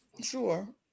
Sure